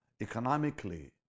economically